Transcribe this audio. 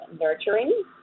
nurturing